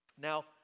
Now